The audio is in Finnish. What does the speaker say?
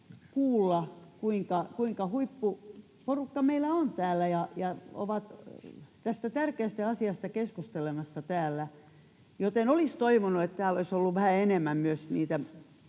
kuulla, kuinka huippu porukka meillä on täällä tästä tärkeästä asiasta keskustelemassa, joten olisi toivonut, että täällä olisi ollut vähän enemmän myös näitä